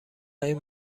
این